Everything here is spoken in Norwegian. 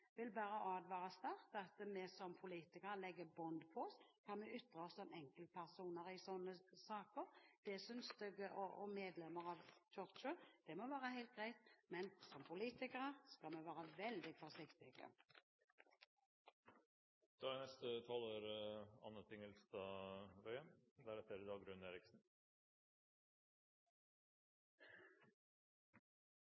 vil bare sterkt advare her, at vi som politikere legger bånd på oss når det gjelder hva vi ytrer oss om som enkeltpersoner i sånne saker. Som medlemmer av Kirken må det være helt greit, men som politikere skal vi være veldig